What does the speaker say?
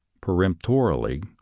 peremptorily